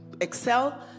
excel